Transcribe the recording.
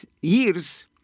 years